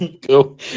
Go